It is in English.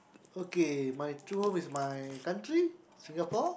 okay my true home is my country Singapore